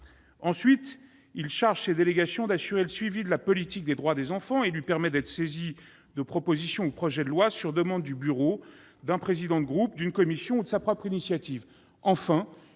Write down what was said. ensuite ces délégations d'assurer le suivi de la politique des droits des enfants et leur permet d'être saisies de projets ou de propositions de loi, sur demande du bureau, d'un président de groupe, d'une commission ou sur sa propre initiative.